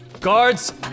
Guards